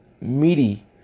meaty